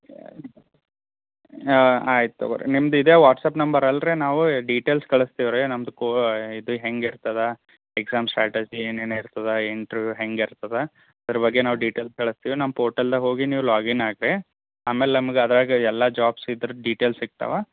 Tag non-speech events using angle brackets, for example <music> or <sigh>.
<unintelligible> ಹಾಂ ಆಯ್ತು ತಗೋ ರೀ ನಿಮ್ದು ಇದೇ ವಾಟ್ಸಪ್ ನಂಬರಲ್ಲ ರೀ ನಾವೂ ಡಿಟೇಲ್ಸ್ ಕಳಿಸ್ತೇವ್ ರೀ ನಮ್ದು ಕೋ ಇದು ಹೆಂಗೆ ಇರ್ತದೆ ಎಕ್ಸಾಮ್ ಸ್ಟ್ಯಾಟಜಿ ಏನೇನು ಇರ್ತದೆ ಇಂಟರ್ವ್ಯೂವ್ ಹೆಂಗೆ ಇರ್ತದೆ ಅದ್ರ ಬಗ್ಗೆ ನಾವು ಡಿಟೇಲ್ಸ್ ಕಳಿಸ್ತೀವಿ ನಮ್ಮ ಪೋರ್ಟಲ್ದಾಗ ಹೋಗಿ ನೀವು ಲಾಗಿನ್ ಆಗಿರಿ ಆಮೇಲ್ ನಮ್ಗೆ ಅದ್ರಾಗ ಎಲ್ಲ ಜಾಬ್ ಸಹಿತ್ರ್ ಡಿಟೇಲ್ ಸಿಕ್ತವಾ